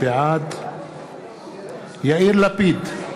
בעד יאיר לפיד,